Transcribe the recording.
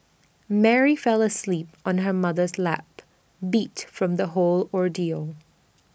Mary fell asleep on her mother's lap beat from the whole ordeal